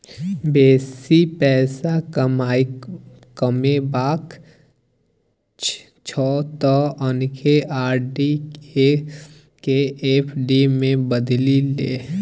बेसी पैसा कमेबाक छौ त अखने आर.डी केँ एफ.डी मे बदलि ले